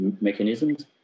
mechanisms